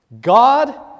God